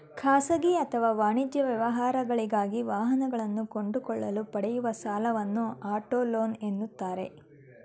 ಖಾಸಗಿ ಅಥವಾ ವಾಣಿಜ್ಯ ವ್ಯವಹಾರಗಳಿಗಾಗಿ ವಾಹನಗಳನ್ನು ಕೊಂಡುಕೊಳ್ಳಲು ಪಡೆಯುವ ಸಾಲವನ್ನು ಆಟೋ ಲೋನ್ ಎನ್ನುತ್ತಾರೆ